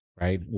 right